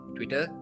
Twitter